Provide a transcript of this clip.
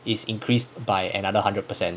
is increased by another hundred percent